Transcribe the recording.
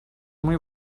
muy